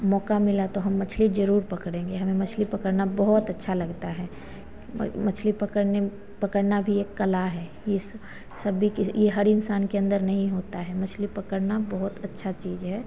मौका मिला तो हम मछली ज़रूर पकड़ेंगे हमें मछली पकड़ना बहुत अच्छा लगता है और मछली पकड़ने पकड़ना भी एक कला है यह सभी के यह हर इन्सान के अन्दर नहीं होता है मछली पकड़ना बहुत अच्छी चीज़ है